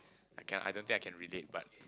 I cannot I don't think I can read it but